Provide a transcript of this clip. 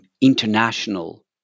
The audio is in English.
international